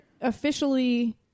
officially